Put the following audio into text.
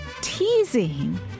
teasing